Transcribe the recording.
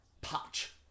Patch